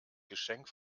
geschenk